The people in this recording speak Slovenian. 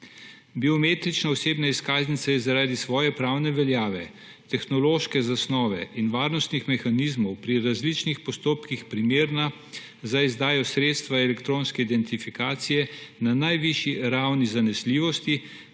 Biometrična osebna izkaznica je zaradi svoje pravne veljave, tehnološke zasnove in varnostnih mehanizmov pri različnih postopkih primerna za izdajo sredstva elektronske identifikacije na najvišji ravni zanesljivosti,